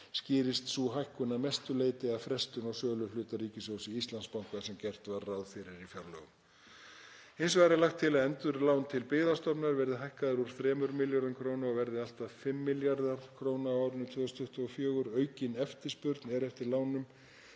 Skýrist sú hækkun að mestu leyti af frestun á sölu hluta ríkissjóðs í Íslandsbanka sem gert var ráð fyrir í fjárlögum. Hins vegar er lagt til að endurlán til Byggðastofnunar verði hækkað úr 3 milljörðum kr. og verði allt að 5 milljarðar kr. á árinu 2024. Aukin eftirspurn er eftir lánum